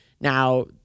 now